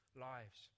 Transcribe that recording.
lives